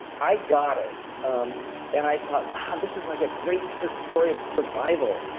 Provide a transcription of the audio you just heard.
i got it and i thought wow, this is like a great story of survival.